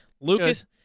Lucas